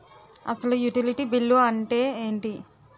అసలు utility bill అంతే ఎంటి?